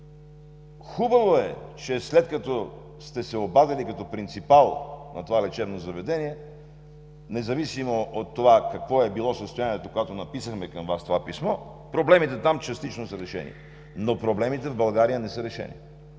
Хубаво е, че след като сте се обадили като принципал на това лечебно заведение, независимо от това какво е било състоянието, когато написахме към Вас това писмо, проблемите там частично са решени, но проблемите в България не са решени.